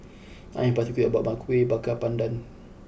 I am particular about my Kueh Baker Pandan